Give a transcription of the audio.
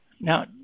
now